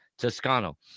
Toscano